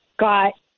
got